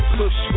push